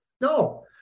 No